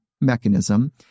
mechanism